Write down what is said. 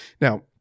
Now